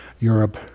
Europe